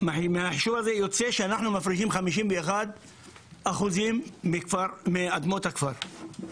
הזה יוצא שאנחנו מפרישים 51% מאדמות הכפר.